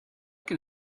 can